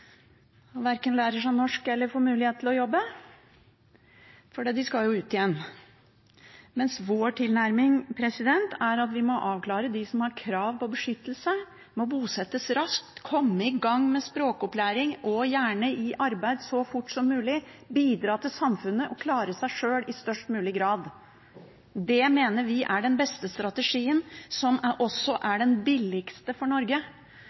og verken lærer seg norsk eller får mulighet til å jobbe, for de skal jo ut igjen. Vår tilnærming er at vi må avklare dem som har krav på beskyttelse. De må bosettes raskt, komme i gang med språkopplæring og gjerne i arbeid så fort som mulig. De må bidra til samfunnet og klare seg sjøl i størst mulig grad. Det mener vi er den beste strategien og også den billigste for Norge.